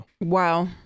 Wow